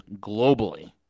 globally